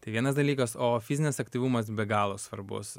tai vienas dalykas o fizinis aktyvumas be galo svarbus